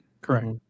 Correct